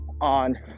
on